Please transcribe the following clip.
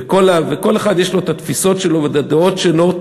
וכל אחד יש לו את התפיסות שלו ואת הדעות שלו,